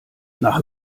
nach